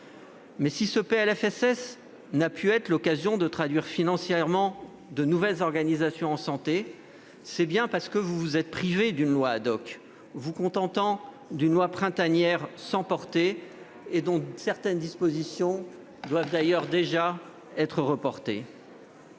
Si ce PLFSS n'a pu être l'occasion de traduire financièrement de nouvelles organisations en santé, c'est bien parce que vous vous êtes privés d'une loi, vous contentant d'un texte printanier sans portée, dont certaines dispositions doivent déjà être repoussées.